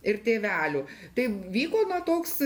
ir tėvelių tai vyko na toks